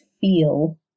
feel